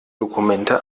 dokumente